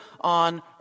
on